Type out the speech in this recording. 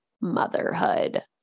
motherhood